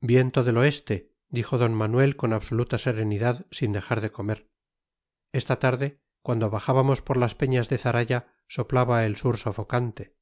viento del oeste dijo d manuel con absoluta serenidad sin dejar de comer esta tarde cuando bajábamos por las peñas de zaraya soplaba el sur sofocante